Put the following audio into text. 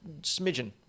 smidgen